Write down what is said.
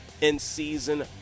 in-season